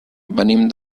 venim